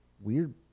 weird